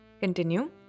Continue